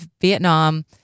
Vietnam